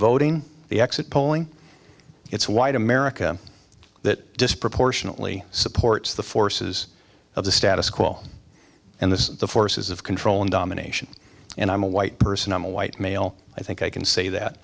voting the exit polling it's white america that disproportionately supports the forces of the status quo and this is the forces of control and domination and i'm a white person i'm a white male i think i can say that